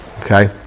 okay